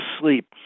sleep